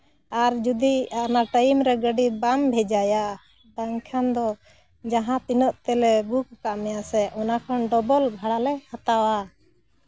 ᱟᱨ ᱡᱩᱫᱤ ᱴᱟᱹᱭᱤᱢ ᱨᱮ ᱜᱟᱹᱰᱤ ᱵᱟᱢ ᱵᱷᱮᱡᱟᱭᱟ ᱵᱟᱝᱠᱷᱟᱱ ᱫᱚ ᱡᱟᱦᱟᱸ ᱛᱤᱱᱟᱹᱜ ᱛᱮᱞᱮ ᱵᱩᱠᱟᱠᱟᱫ ᱢᱮᱭᱟ ᱥᱮ ᱚᱱᱟ ᱠᱷᱚᱱ ᱰᱚᱵᱚᱞ ᱵᱷᱟᱲᱟᱞᱮ ᱦᱟᱛᱟᱣᱟ